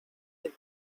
had